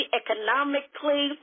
economically